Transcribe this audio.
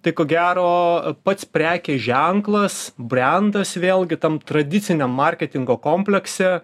tai ko gero pats prekės ženklas brentas vėlgi tam tradiciniam marketingo komplekse